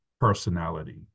personality